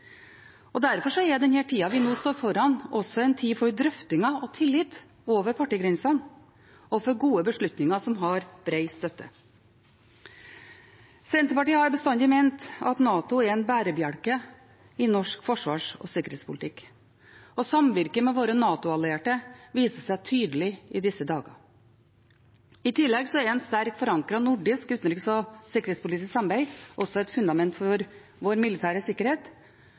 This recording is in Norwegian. Derfor er den tida vi nå står foran, også en tid for drøftinger og tillit over partigrenser og for gode beslutninger som har bred støtte. Senterpartiet har bestandig ment at NATO er en bærebjelke i norsk forsvars- og sikkerhetspolitikk. Samvirket med våre NATO-allierte viser seg tydelig i disse dager. I tillegg er et sterkt forankret nordisk utenriks- og sikkerhetspolitisk samarbeid et fundament for vår militære sikkerhet,